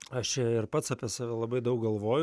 aš ir pats apie save labai daug galvoju